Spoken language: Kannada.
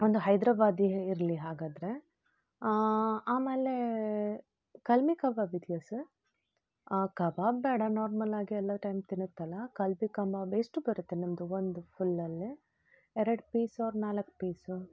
ಒಂದು ಹೈದರಾಬಾದಿ ಇರಲಿ ಹಾಗಾದರೆ ಆಮೇಲೆ ಕಲ್ಮಿ ಕಬಾಬ್ ಇದೆಯಾ ಸರ್ ಆ ಕಬಾಬ್ ಬೇಡ ನಾರ್ಮಲಾಗಿ ಎಲ್ಲ ಟೈಮ್ ತಿನ್ನತ್ತಲ್ಲ ಕಲ್ಬಿ ಕಬಾಬ್ ಎಷ್ಟು ಬರುತ್ತೆ ನಿಮ್ಮದು ಒಂದು ಫುಲ್ಲಲ್ಲಿ ಎರಡು ಪೀಸು ಅವ್ರು ನಾಲ್ಕು ಪೀಸು